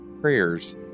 prayers